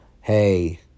hey